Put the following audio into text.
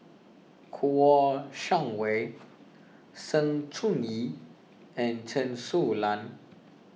Kouo Shang Wei Sng Choon Yee and Chen Su Lan